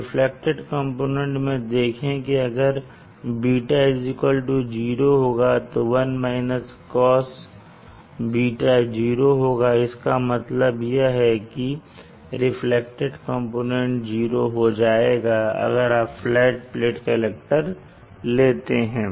reflected component में देखें कि अगर β0 होगा तो 1 Cosβ 0 होगा इसका मतलब है कि रिफ्लेक्टेड कंपोनेंट 0 हो जाएगा अगर आप फ्लैट प्लेट कलेक्टर लेते हैं